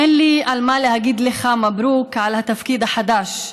אין לי על מה להגיד לך מברוכ בתפקיד החדש,